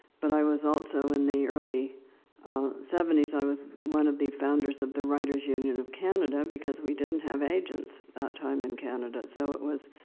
but i was also, in the early seventy s, i was one of the founders of the writers union of canada, because we didn't have agents at that time in canada. so it was,